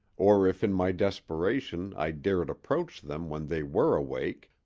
or if in my desperation i dared approach them when they were awake,